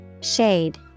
Shade